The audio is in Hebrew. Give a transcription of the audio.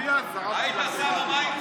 היית שר המים?